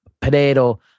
potato